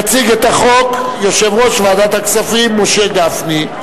יציג את החוק יושב-ראש ועדת הכספים משה גפני.